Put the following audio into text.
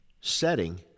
setting